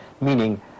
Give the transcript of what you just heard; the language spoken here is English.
meaning